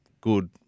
good